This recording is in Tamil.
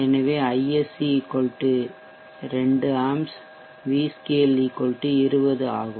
எனவே இது ISc 2 ஆம்ப்ஸ் v scale 20 ஆகும்